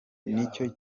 nicyo